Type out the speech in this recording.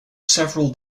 several